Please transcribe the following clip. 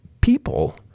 people